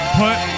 put